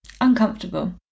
Uncomfortable